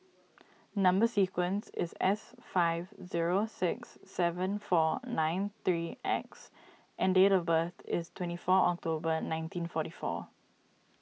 Number Sequence is S five zero six seven four nine three X and date of birth is twenty four October nineteen forty four